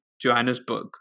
Johannesburg